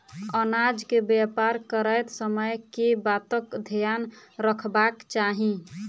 अनाज केँ व्यापार करैत समय केँ बातक ध्यान रखबाक चाहि?